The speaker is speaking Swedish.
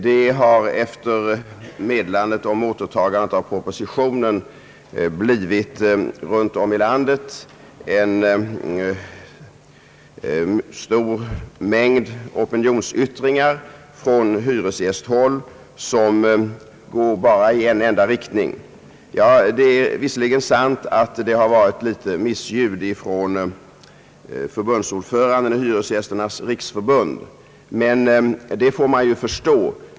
Det har efter meddelandet om återtagandet av propositionen runt om i landet förekommit en stor mängd opinionsyttringar från hyresgästhåll som bara går i en enda riktning. Ja, det är sant att det också har hörts något missljud ifrån förbundsordföranden i Hyresgästernas riksförbund. Det får man förstå.